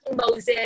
Moses